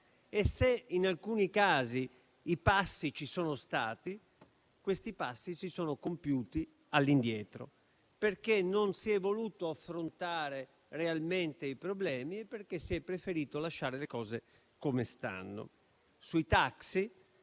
E, se in alcuni casi i passi ci sono stati, essi si sono compiuti all'indietro, perché non si sono voluti affrontare realmente i problemi, preferendo lasciare le cose come stanno. Sui taxi